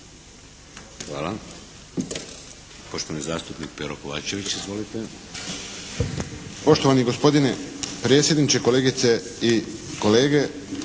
Hvala. Poštovani zastupnik Pero Kovačević. Izvolite.